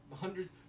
hundreds